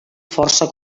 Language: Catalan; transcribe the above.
força